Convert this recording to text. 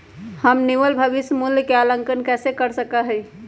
हम निवल भविष्य मूल्य के आंकलन कैसे कर सका ही?